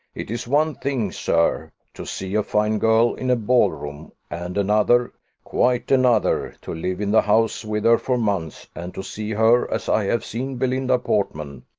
it is one thing, sir, to see a fine girl in a ball-room, and another quite another to live in the house with her for months, and to see her, as i have seen belinda portman,